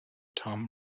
tom